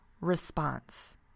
response